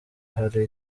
hari